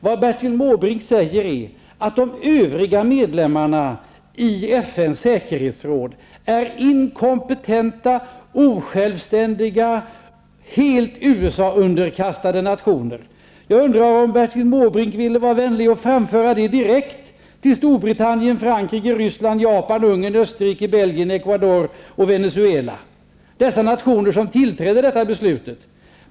Vad Bertil Måbrink säger är, att de övriga medlemmarna i FN:s säkerhetsråd är inkompetenta, osjälvständiga och helt USA Jag undrar om Bertil Måbrink vill vara vänlig och framföra det direkt till Storbritannien, Frankrike, Ecuador och Venezuela -- nationer som biträder detta beslut.